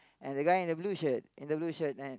and the guy in the blue shirt in the blue shirt I